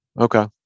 Okay